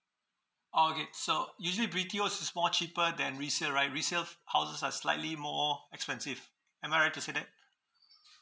oh okay so usually B_T_Os is more cheaper than resale right resale houses are slightly more expensive am I right to say that